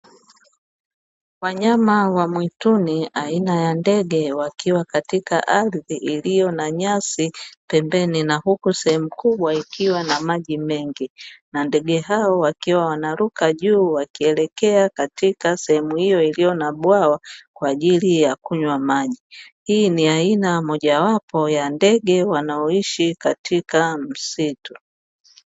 Wanyama wa mwituni aina ya ndege wakiwa katika ardhi iliyo na nyasi pembeni; na huku sehemu kubwa ikiwa na maji mengi na ndege hao wakiwa wanaruka juu wakielekea katika sehemu hiyo, iliyo na bwawa kwaajili ya kunywa maji. Hii ni aina mojawapo ya ndege wanaoishi katika msitu.